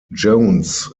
jones